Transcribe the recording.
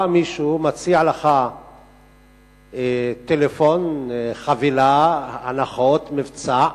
בא מישהו, מציע לך טלפון, חבילה, הנחות, מבצע,